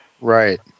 Right